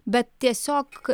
bet tiesiog